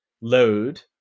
load